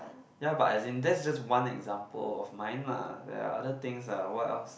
ya but it's in just one example of mine line there are other things eh what else